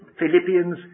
Philippians